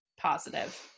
positive